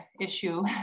issue